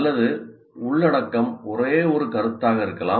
அல்லது உள்ளடக்கம் ஒரே ஒரு கருத்தாக இருக்கலாம்